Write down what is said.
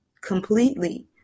completely